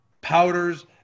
powders